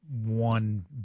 one